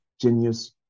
genius